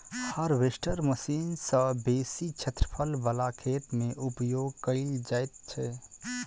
harvester machine सॅ बेसी क्षेत्रफल बला खेत मे उपयोग कयल जाइत छै